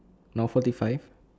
now forty five